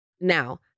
Now